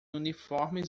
uniformes